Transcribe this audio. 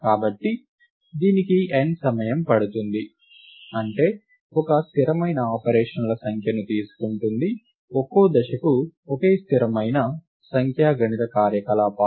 కాబట్టి దీనికి n సమయం పడుతుంది అంటే ఇది ఒక స్థిరమైన ఆపరేషన్ల సంఖ్యను తీసుకుంటుంది ఒక్కో దశకు ఒక స్థిరమైన సంఖ్యా గణిత కార్యకలాపాలు